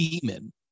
demon